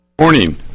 Morning